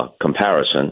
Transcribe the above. comparison